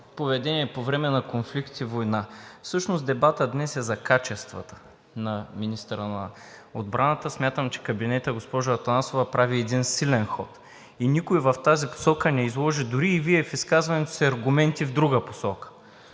поведение по време на конфликт и война. Всъщност дебатът днес е за качествата на министъра на отбраната. Смятам, че кабинетът, госпожо Атанасова, прави един силен ход и никой в тази посока не изложи, дори и Вие в изказването си, аргументи в друга посока